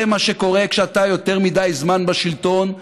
זה מה שקורה כשאתה יותר מדי זמן בשלטון.